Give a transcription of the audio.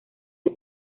del